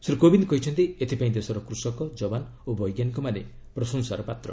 ଶ୍ରୀ କୋବିନ୍ଦ କହିଛନ୍ତି ଏଥିପାଇଁ ଦେଶର କୃଷକ ଯବାନ ଓ ବୈଜ୍ଞାନିକମାନେ ପ୍ରଶଂସାର ପାତ୍ର